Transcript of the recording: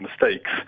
mistakes